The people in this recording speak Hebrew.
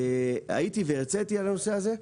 הייתי והרציתי על הנושא הזה.